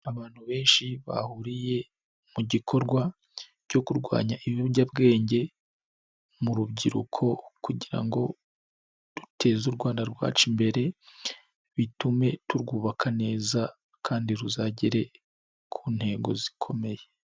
Abantu benshi bahuriye mu gikorwa cyo kurwanya ibiyobyabwenge mu rubyiruko, kugira ngo duteze u Rwanda rwacu imbere bitume turwubaka neza kandi ruzagere ku ntego zikomeye.